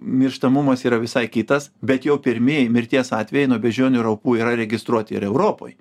mirštamumas yra visai kitas bet jau pirmieji mirties atvejai nuo beždžionių raupų yra registruoti ir europoj